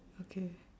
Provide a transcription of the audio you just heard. okay